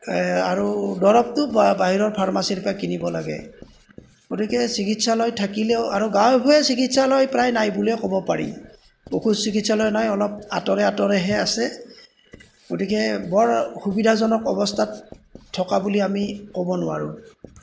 আৰু দৰবটো বাহিৰৰ ফাৰ্মাচীৰ পৰা কিনিব লাগে গতিকে চিকিৎসালয়ত থাকিলেও আৰু গাঁৱে ভূঁঞে প্ৰায় চিকিৎসালয় নাই বুলিয়েই ক'ব পাৰি পশু চিকিৎসালয় নাই অলপ আঁতৰে আঁতৰেহে আছে গতিকে বৰ সুবিধাজনক অৱস্থাত থকা বুলি আমি ক'ব নোৱাৰোঁ